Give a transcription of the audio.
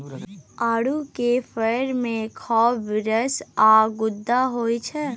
आड़ू केर फर मे खौब रस आ गुद्दा होइ छै